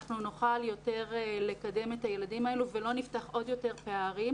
אנחנו נוכל יותר לקדם את הילדים האלו ולא נפתח עוד יותר פערים,